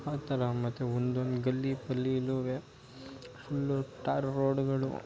ಆ ಥರ ಮತ್ತು ಒಂದೊಂದು ಗಲ್ಲಿ ಗಲ್ಲಿಲೂ ಫುಲ್ಲು ಟಾರ್ ರೋಡುಗಳು